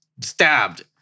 stabbed